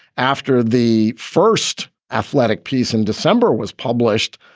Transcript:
after the first athletic piece in december, was published.